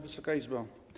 Wysoka Izbo!